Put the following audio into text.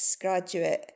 graduate